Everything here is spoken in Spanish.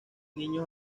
niños